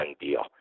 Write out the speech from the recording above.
deal